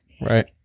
right